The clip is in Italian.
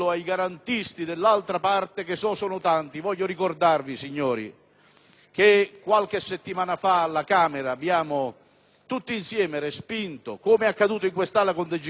che, qualche settimana fa, alla Camera abbiamo tutti insieme respinto, com'è accaduto in quest'Aula con il senatore Di Girolamo, l'arresto di un deputato del Partito Democratico